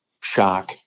shock